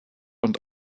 und